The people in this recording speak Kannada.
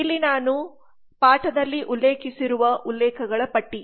ಇಲ್ಲಿ ನಾನು ಪಾಠದಲ್ಲಿ ಉಲ್ಲೇಖಿಸಿರುವ ಉಲ್ಲೇಖಗಳ ಪಟ್ಟಿ